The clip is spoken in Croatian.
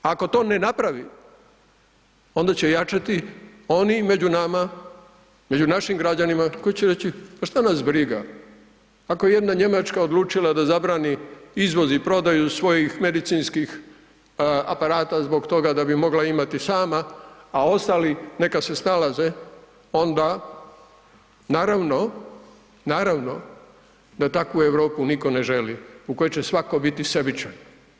Ako to ne napravi, onda će jačati oni među nama, među našim građanima koji će reći, pa šta nas briga, ako je jedna Njemačka odlučila da zabrani, izvozi prodaju svojih medicinskih aparata zbog toga da bi mogla imati sama, a ostali neka se snalaze onda naravno, naravno da takvu Europu nitko ne želi u kojoj će svako biti sebičan.